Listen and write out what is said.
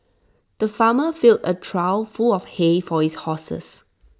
the farmer filled A trough full of hay for his horses